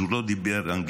אז הוא לא דיבר אנגלית.